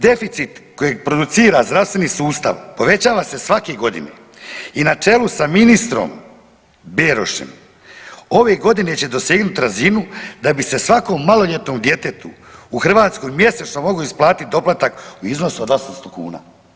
Deficit kojeg producira zdravstveni sustav povećava se svake godine i na čelu sa ministrom Berošem ove godine će dosegnut razinu da bi se svakom maloljetnom djetetu u Hrvatskoj mogao isplatiti doplatak u iznosu od 800 kuna.